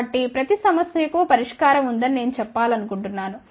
కాబట్టి ప్రతి సమస్య కు పరిష్కారం ఉందని నేను చెప్పాలనుకుంటున్నాను